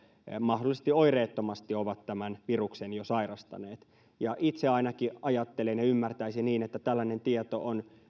mahdollisesti oireettomasti ovat tämän viruksen jo sairastaneet itse ainakin ajattelen ja ymmärtäisin niin että tällainen tieto on